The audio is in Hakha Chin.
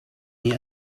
nih